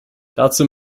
dazu